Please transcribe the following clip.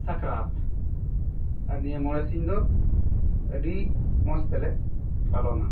ᱥᱟᱠᱨᱟᱛ ᱟᱨ ᱱᱤᱭᱟᱹ ᱢᱚᱬᱮ ᱥᱤᱝ ᱫᱚ ᱟᱹᱰᱤ ᱢᱚᱡᱽ ᱛᱮᱞᱮ ᱯᱟᱞᱚᱱᱟ